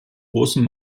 großem